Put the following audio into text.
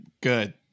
good